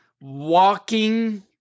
walking